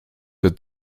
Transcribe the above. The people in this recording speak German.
für